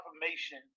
confirmation